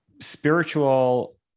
spiritual